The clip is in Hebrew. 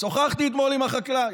שוחחתי אתמול עם החקלאי,